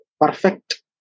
perfect